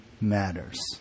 matters